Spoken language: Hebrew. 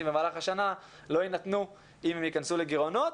במהלך השנה לא יינתנו אם הם ייכנסו לגירעונות,